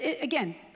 Again